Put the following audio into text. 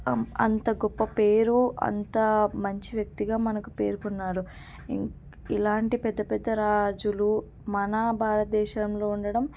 అం అంత గొప్ప పేరు అంత మంచి వ్యక్తిగా మనకు పేర్కొన్నారు ఇంక ఇలాంటి పెద్ద పెద్ద రాజులు మన భారతదేశంలో ఉండడం